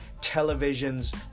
television's